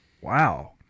wow